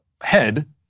head